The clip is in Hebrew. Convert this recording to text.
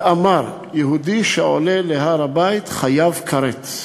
ואמר: יהודי שעולה להר-הבית חייב כרת.